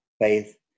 faith